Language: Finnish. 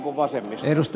arvoisa puhemies